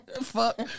fuck